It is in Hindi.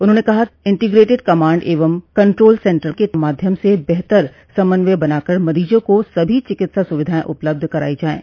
उन्होंने कहा कि integrated command and control centre के माध्यम से बेहतर समन्वय बनाकर मरीजों को सभी चिकित्सा सुविधाएं उपलब्ध कराई जायें